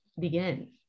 begin